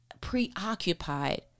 preoccupied